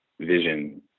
vision